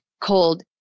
cold